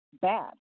bad